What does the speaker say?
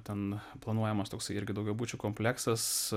ten planuojamas toksai irgi daugiabučių kompleksas